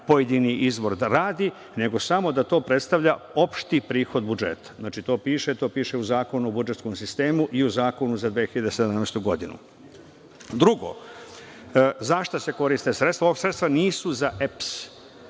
pojedini izvor da radi, nego samo da to predstavlja opšti prihod budžeta. To piše u Zakonu o budžetskom sistemu i u Zakonu za 2017. godinu. Drugo, za šta se koriste sredstva. Ova sredstva nisu za EPS.